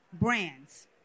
brands